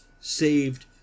saved